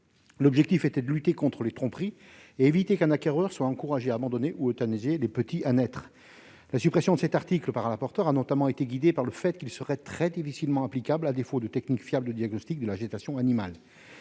L'objectif est de lutter contre les tromperies et d'éviter qu'un acquéreur ne soit encouragé à abandonner ou euthanasier les petits à naître. Pour supprimer cet article, le rapporteur a notamment argué du fait qu'il serait très difficilement applicable, faute de technique fiable de diagnostic de la gestation animale.